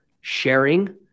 sharing